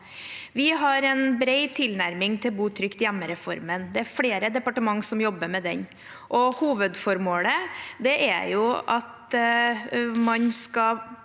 Vi har en bred tilnærming til bo trygt hjemme-reformen. Det er flere departementer som jobber med den. Hovedformålet er at man skal